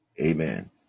amen